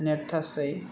net थास जायो